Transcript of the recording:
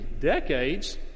decades